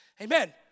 Amen